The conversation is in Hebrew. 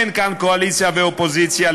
אין כאן קואליציה ואופוזיציה.